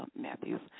Matthews